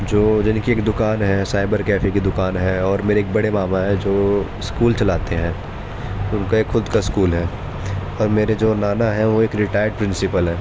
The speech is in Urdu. جو جن کی ایک دکان ہے سائبر کیفے کی دکان ہے اور میرے ایک بڑے ماما ہیں جو اسکول چلاتے ہیں ان کا ایک خود کا اسكول ہے اور میرے جو نانا ہیں وہ ایک ریٹائڈ پرنسپل ہیں